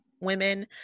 women